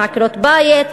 מעקרות-בית,